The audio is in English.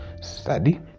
study